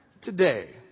Today